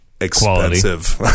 expensive